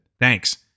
Thanks